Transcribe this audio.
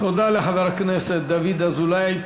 תודה לחבר הכנסת דוד אזולאי.